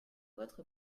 votre